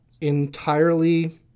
entirely